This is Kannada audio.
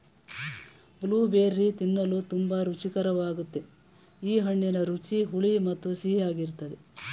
ಬ್ಲೂಬೆರ್ರಿ ತಿನ್ನಲು ತುಂಬಾ ರುಚಿಕರ್ವಾಗಯ್ತೆ ಈ ಹಣ್ಣಿನ ರುಚಿ ಹುಳಿ ಮತ್ತು ಸಿಹಿಯಾಗಿರ್ತದೆ